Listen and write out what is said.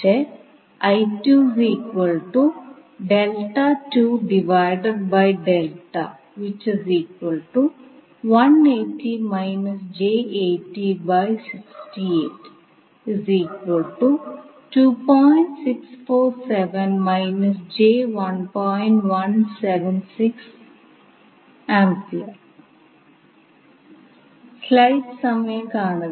ഇപ്പോൾ കെസിഎല്ലും കെവിഎല്ലും ആയതിനാൽ രണ്ടും സങ്കീർണ്ണ സംഖ്യയ്ക്ക് സാധുതയുള്ളതാണ്